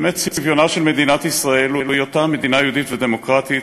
באמת צביונה של מדינת ישראל הוא היותה מדינה יהודית ודמוקרטית,